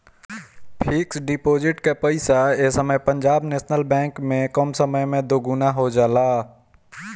fix deposit कअ पईसा ए समय पंजाब नेशनल बैंक में कम समय में दुगुना हो जाला